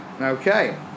Okay